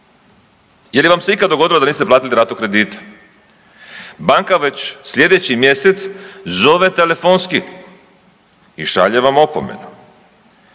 Je li vam se ikad dogodilo da niste platili ratu kredita? Banka već sljedeći mjesec zove telefonski, i šalje vam opomenu.